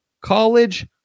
college